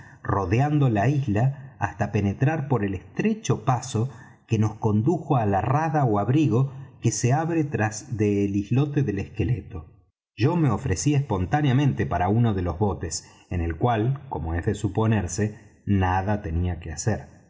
rodeando la isla hasta penetrar por el estrecho paso que nos condujo á la rada ó abrigo que se abre tras del islote del esqueleto yo me ofrecí espontáneamente para uno de los botes en el cual como es de suponerse nada tenía que hacer